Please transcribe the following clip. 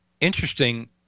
interesting